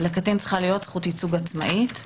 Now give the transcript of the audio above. לקטין צריכה להיות זכות ייצוג עצמאית.